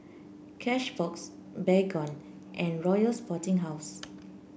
Cashbox Baygon and Royal Sporting House